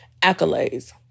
accolades